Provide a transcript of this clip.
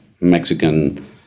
Mexican